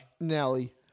Nelly